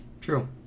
True